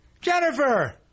Jennifer